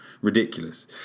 Ridiculous